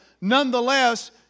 nonetheless